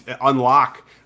unlock